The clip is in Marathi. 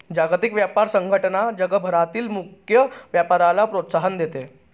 जागतिक व्यापार संघटना जगभरातील मुक्त व्यापाराला प्रोत्साहन देते